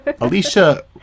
Alicia